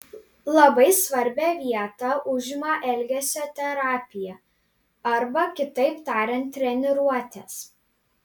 labai svarbią vietą užima elgesio terapija arba kitaip tariant treniruotės